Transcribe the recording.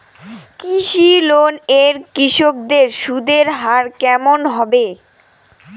কৃষি লোন এ কৃষকদের সুদের হার কেমন হবে?